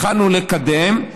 התחלנו לקדם.